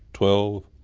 twelve,